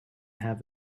have